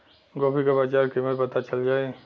गोभी का बाजार कीमत पता चल जाई?